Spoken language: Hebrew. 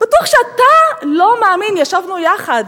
בטוח שאתה לא מאמין, ישבנו יחד